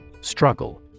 Struggle